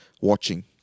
watching